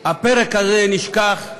הפרק הזה נשכח.